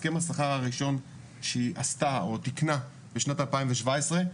הסכם השכר הראשון שהיא עשתה או תיקנה בשנת 2017,